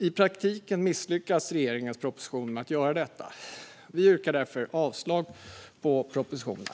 I praktiken misslyckas regeringens proposition med att göra detta. Vi yrkar därför avslag på propositionen.